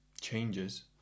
changes